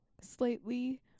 slightly